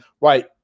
Right